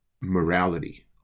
morality